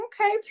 okay